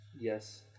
Yes